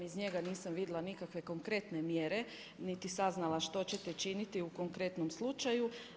Iz njega nisam vidjela nikakve konkretne mjere, niti saznala što ćete činiti u konkretnom slučaju.